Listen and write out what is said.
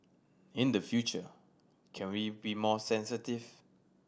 in the future can we be more sensitive